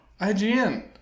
IGN